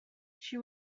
she